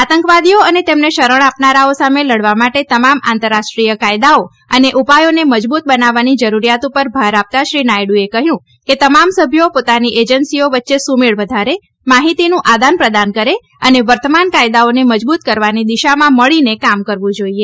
આતંકવાદીઓ અને તેમને શરણ આપનારાનો સામે લડવા માટે તમામ આંતરરાષ્ટ્રિય કાયદાઓ અને ઉપાયોને મજબુત બનાવવાની જરૂરીયાત પર ભાર આપતા શ્રી નાયડુએ કહયું કે તમામ સભ્યોએ પોતાની એજન્સીઓ વચ્ચે સુમેળ વધારે માહિતીનું આદાન પ્રદાન કરે અને વર્તમાન કાયદાઓને મજબુત કરવાની દિશામાં મળીને કામ કરવુ જોઇએ